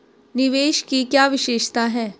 निवेश की क्या विशेषता है?